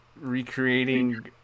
recreating